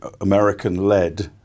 American-led